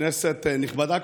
כנסת נכבדה,